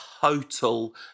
total